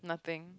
nothing